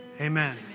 Amen